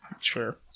sure